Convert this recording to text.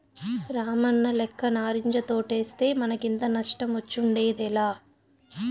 రామన్నలెక్క నారింజ తోటేస్తే మనకింత నష్టమొచ్చుండేదేలా